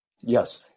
Yes